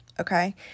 Okay